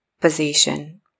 position